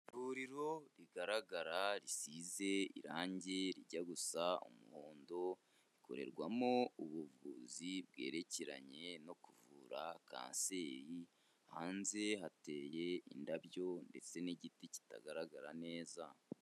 Ivuriro rigaragara risize irangi rijya gusa umuhondo, rikorerwamo ubuvuzi bwerekeranye no kuvura kanseri, hanze hateye indabyo ndetse n'igiti kitagaragara neza.